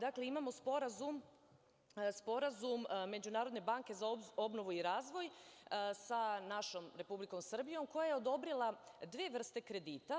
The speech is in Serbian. Dakle, imamo sporazum Međunarodne banke za obnovu i razvoj sa našom Republikom Srbijom, koja je odobrila dve vrste kredita.